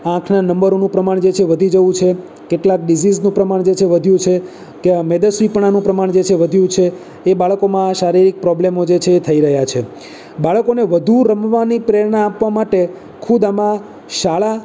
આંખના નંબરોનું પ્રમાણ જે છે એ વધી જવું છે કેટલાક ડીઝિઝનું પ્રમાણ જે છે વધ્યું છે કે મેદસ્વીપણાનું પ્રમાણ જે વધ્યું છે એ બાળકોમાં શારીરિક પ્રોબ્લેમો જે છે થઈ રહ્યા છે બાળકોને વધુ રમવાની પ્રેરણા આપવા માટે ખુદ આમાં શાળા